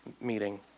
meeting